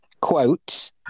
quotes